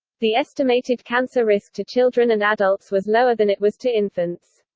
the estimated cancer risk to children and adults was lower than it was to infants.